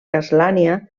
castlania